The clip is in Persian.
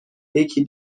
یکی